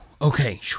Okay